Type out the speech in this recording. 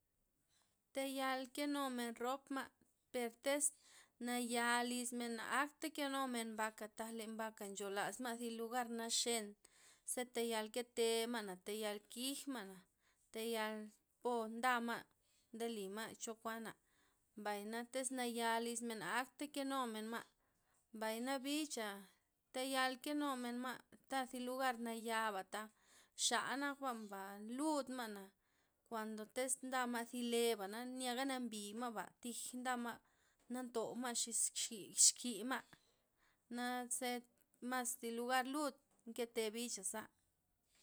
Teyal kenumen rop ma', per tez naya' lizmen na akta kenumen mbaka, tak le mbaka ncholas ma' zi lugar naxen, ze tayal kete ma', tayal kij ma'na, teyal po ndama', ndelima choga kuana' mbay'na tiz naya lizmen na akta kenumen ma', mbay na bixa' tayal kenumen ma' ta'zi lugar nayaba' xa'nak ma'ba ludma'na, kuando tiz ndama' zi leba' nyaga nambi'maba, tij ndama'ba na ntouma' xis x- x- xkima', naze mas zi lugar lud nkete bixa'za.